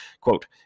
Quote